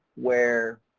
where